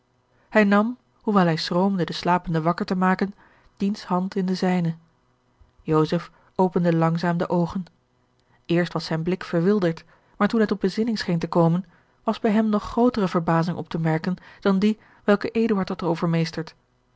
hij nam hoewel hij schroomde den slapende wakker te maken diens hand in de zijne joseph opende langzaam de oogen eerst was zijn blik verwilderd maar toen hij tot bezinning scheen te komen was bij hem nog grootere verbazing op te merken dan die welke